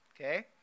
Okay